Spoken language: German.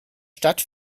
stadt